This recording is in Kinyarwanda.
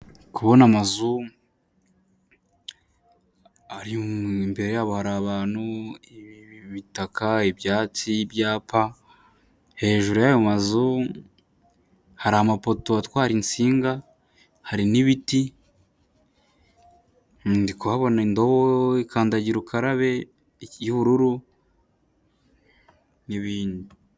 Kubona amazu imbere yabo hari abantu, ibitaka, ibyatsi, ibyapa. Hejuru y'ayo mazu har'amapoto atwara insinga, hari n'ibiti, ndi kuhabona indobo, kandagira ukarabe n'ibindi.